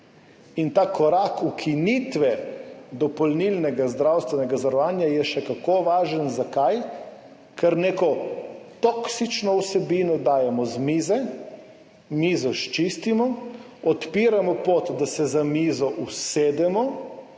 Ta korak ukinitve dopolnilnega zdravstvenega zavarovanja je še kako važen. Zakaj? Ker neko toksično vsebino dajemo z mize, mizo sčistimo, odpiramo pot, da se za mizo usedemo